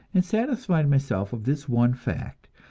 and satisfied myself of this one fact,